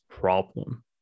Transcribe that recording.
problem